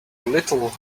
little